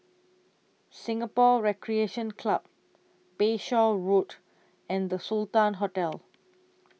Singapore Recreation Club Bayshore Road and The Sultan Hotel